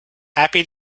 happy